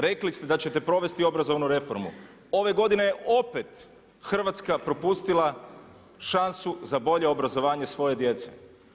Rekli ste da ćete provesti obrazovnu reformu, ove godine opet Hrvatska propustila šansu za bolje obrazovanje svoje djece.